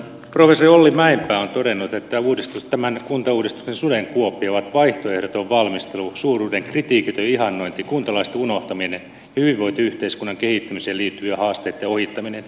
professori olli mäenpää on todennut että tämän kuntauudistuksen sudenkuoppia ovat vaihtoehdoton valmistelu suuruuden kritiikitön ihannointi kuntalaisten unohtaminen hyvinvointiyhteiskunnan kehittymiseen liittyvien haasteitten ohittaminen